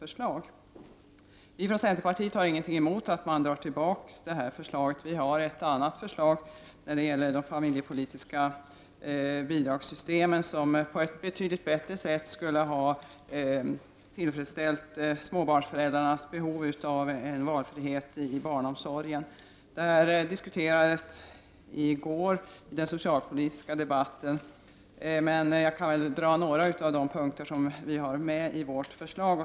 Vi i centerpartiet har inte någonting emot att man drar tillbaka förslaget. För vår del har vi ett annat förslag när det gäller det familjepolitiska bidragssystemet. Genomförs detta förslag skulle man på ett betydligt bättre sätt kunna tillfredsställa småbarnsföräldrarnas behov av valfrihet i barnomsorgen. Frågan diskuterades i går i den socialpolitiska debatten, men jag kan väl ta upp några av de punkter som vi har med i vårt förslag.